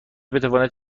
بتواند